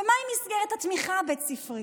ומה עם מסגרת התמיכה הבית-ספרית?